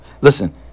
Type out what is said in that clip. Listen